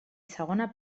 segona